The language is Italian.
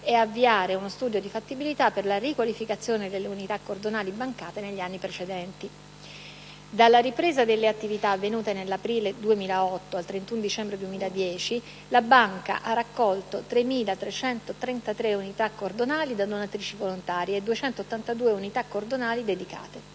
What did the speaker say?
avviare uno studio di fattibilità per la riqualificazione delle unità cordonali bancate negli anni precedenti. Dalla ripresa delle attività, avvenuta nell'aprile 2008, al 31 dicembre 2010, la Banca ha raccolto 3.333 unità cordonali da donatrici volontarie e 282 unità cordonali dedicate.